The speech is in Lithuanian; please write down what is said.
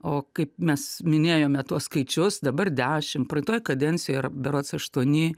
o kaip mes minėjome tuos skaičius dabar dešimt praeitoje kadencijoje berods aštuoni